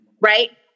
Right